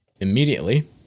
Immediately